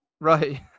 Right